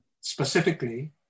specifically